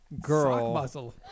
Girl